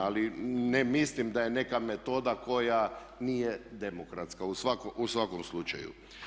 Ali ne mislim da je neka metoda koja nije demokratska u svakom slučaju.